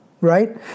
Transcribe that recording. right